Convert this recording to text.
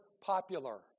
popular